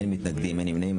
אין מתנגדים, אין נמנעים.